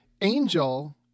Angel